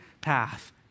path